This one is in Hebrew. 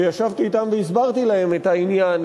וישבתי אתם והסברתי להם את העניין.